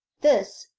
this,